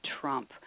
trump